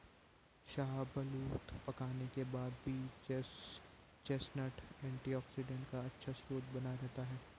शाहबलूत पकाने के बाद भी चेस्टनट एंटीऑक्सीडेंट का अच्छा स्रोत बना रहता है